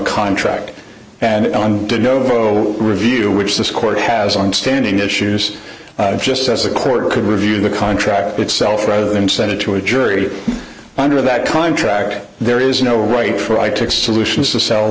contract and on the novo review which this court has on standing issues just as a court could review the contract itself rather than send it to a jury under that contract there is no right for i took solutions to sell